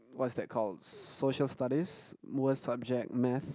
what's that called social studies worst subject math